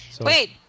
Wait